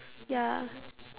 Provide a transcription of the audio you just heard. ya